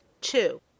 Two